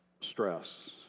stress